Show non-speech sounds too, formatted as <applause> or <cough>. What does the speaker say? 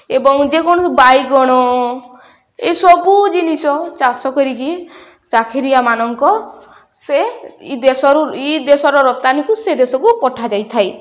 ଏବଂ <unintelligible> ବାଇଗଣ ଏସବୁ ଜିନିଷ ଚାଷ କରିକି ଚାକିରିଆମାନଙ୍କ ସେ ଦେଶରୁ ଏ ଦେଶର ରପ୍ତାନିକୁ ସେ ଦେଶକୁ ପଠାଯାଇଥାଏ